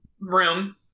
room